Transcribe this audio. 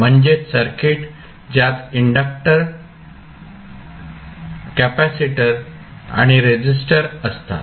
म्हणजेच सर्किट ज्यात inductor capacitor आणि रेसिस्टर असतात